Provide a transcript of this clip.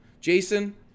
Jason